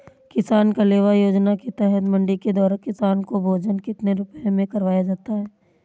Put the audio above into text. किसान कलेवा योजना के तहत मंडी के द्वारा किसान को भोजन कितने रुपए में करवाया जाता है?